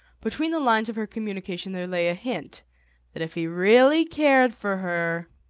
between the lines of her communication there lay a hint that if he really cared for her